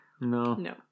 No